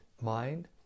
mind